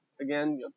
again